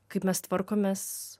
kaip mes tvarkomės